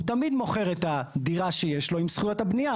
הוא תמיד מוכר את הדירה שיש לו עם זכויות הבנייה.